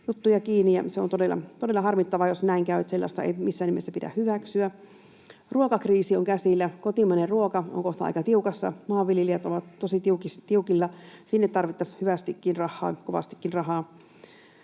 kiinni, ja se on todella harmittavaa, jos näin käy. Sellaista ei missään nimessä pidä hyväksyä. Ruokakriisi on käsillä. Kotimainen ruoka on kohta aika tiukassa. Maanviljelijät ovat tosi tiukilla — sinne tarvittaisiin hyvästikin rahaa, kovastikin rahaa.